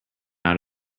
out